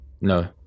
no